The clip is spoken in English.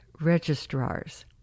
registrars